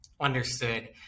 understood